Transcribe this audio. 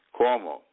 Cuomo